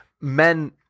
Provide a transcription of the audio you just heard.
men